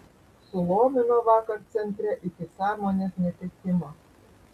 sulomino vakar centre iki sąmonės netekimo